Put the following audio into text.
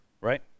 right